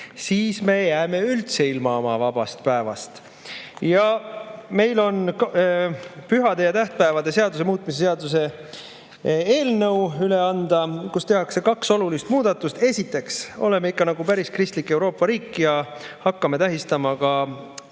siis me jääme üldse oma vabast päevast ilma. Ja meil on üle anda pühade ja tähtpäevade seaduse muutmise seaduse eelnõu, et teha kaks olulist muudatust. Esiteks, oleme ikka nagu päris kristlik Euroopa riik ja hakkame tähistama ka